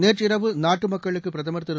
நேற்றிரவு நாட்டு மக்களுக்கு பிரதமர் திரு